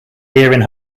hearing